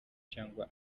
cyangwa